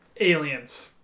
aliens